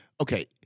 Okay